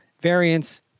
variants